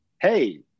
Hey